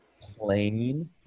plane